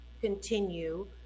continue